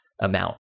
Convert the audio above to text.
amount